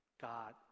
God